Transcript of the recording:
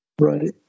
Right